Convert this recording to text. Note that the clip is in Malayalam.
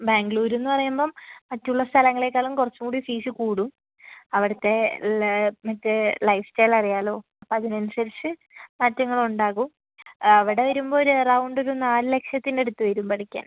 ബാംഗ്ലൂർ എന്ന് പറയുമ്പം മറ്റുള്ള സ്ഥലങ്ങളെക്കാളും കുറച്ചും കൂടി ഫീസ് കൂടും അവിടത്തെ മറ്റേ ലൈഫ് സ്റ്റൈൽ അറിയാലോ അപ്പോൾ അതിനനുസരിച്ച് മാറ്റങ്ങളുണ്ടാകും അവിടെ വരുമ്പോൾ ഒരു എറൗണ്ട് ഒരു നാല് ലക്ഷത്തിൻ്റെ അടുത്ത് വരും പഠിക്കാൻ